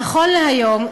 נכון להיום,